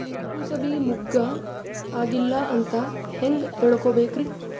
ಕೂಸಬಿ ಮುಗ್ಗ ಆಗಿಲ್ಲಾ ಅಂತ ಹೆಂಗ್ ತಿಳಕೋಬೇಕ್ರಿ?